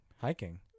hiking